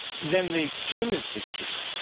then the gym is the cue,